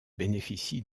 bénéficie